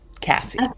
Cassie